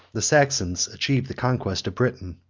the saxons achieved the conquest of britain,